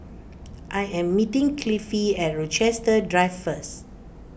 I am meeting Cliffie at Rochester Drive first